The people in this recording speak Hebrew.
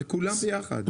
על כולם ביחד.